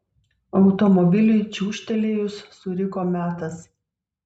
automobiliui čiūžtelėjus suriko metas